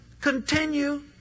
continue